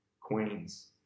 Queens